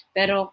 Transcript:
Pero